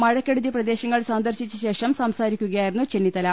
മഴക്കെടുതി പ്രദേശങ്ങൾ സന്ദർശിച്ചശേഷം സംസാരിക്കുകയാ യിരുന്നു ചെന്നിത്തല